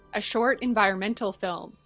a short, environmental film,